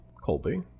Colby